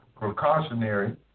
precautionary